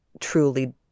truly